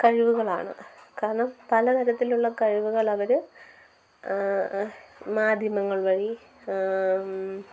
കഴിവുകളാണ് കാരണം പലതരത്തിലുള്ള കഴിവുകളവര് മാധ്യമങ്ങൾ വഴി